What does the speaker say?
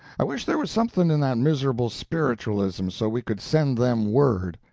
i wish there was something in that miserable spiritualism, so we could send them word.